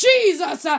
Jesus